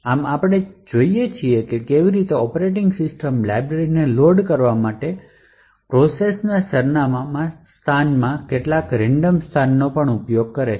આમ આપણે જોઈએ છીએ કે કેવી રીતે ઑપરેટિંગ સિસ્ટમ લાઇબ્રેરીને લોડ કરવા માટે પ્રક્રિયા સરનામાં સ્થાનમાં કેટલાક રેન્ડમ સ્થાનનો ઉપયોગ કરે છે